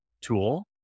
tool